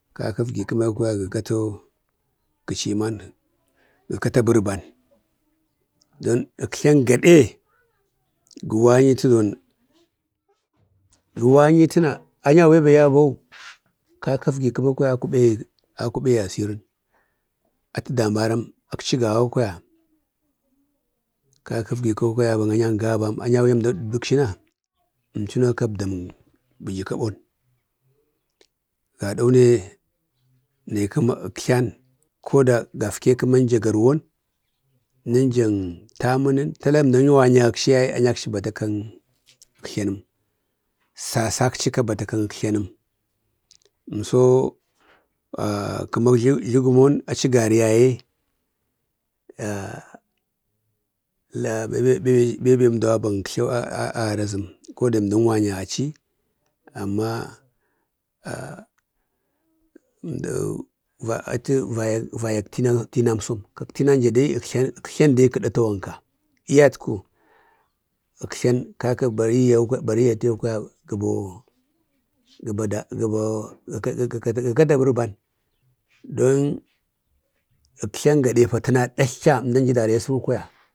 kaka əgvi kəma yau kwaya gəkato kəchiman, geka to bərbani, don əktlan gade gə wa'yetu dawon, gə wanyutuna anyauba yabau kaka əgui kəma kwaya a kuɓegi asirən. Atu damaran, akchi gawa kwaya kaka əgui kəma kwaya angau gaba gə dəbdak china əmchunoka əbdamak bə'yi kaɓon. Gaɗaune naikima əktlan, koda gafke kəma ənjan garwon, ɗenjan tamənən tala əmdan wanyagakchi yaye anyakchi bata kay əktla nəm. Sesakchika bata kaŋ əktlanəm. əmso kəma jlugmon achigari yaye bewben əmdau aba agaj aktlau agari azəm, koda əmdau wanya gachi, amma achi achi vayak tinamso. Kak tinanja dai əktlan kəɗa tawanka lyatku əktlan kaka barigi ata kwaya gəbo, gəbo-da-gəkatu bərban, don əktlan gaɗefa təna ɗatltla əmdanji dara iasəkə kwaya.